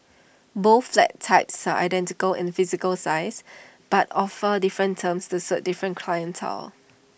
both flat types are identical in physical size but offer different terms to suit different clientele